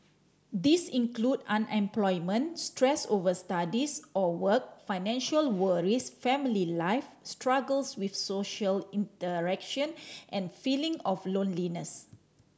these include unemployment stress over studies or work financial worries family life struggles with social interaction and feeling of loneliness